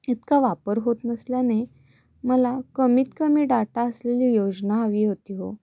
इतका वापर होत नसल्याने मला कमीत कमी डाटा असलेली योजना हवी होती हो